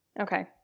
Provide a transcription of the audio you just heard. Okay